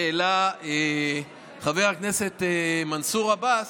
שהעלה חבר הכנסת מנסור עבאס,